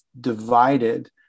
divided